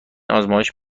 آزمایش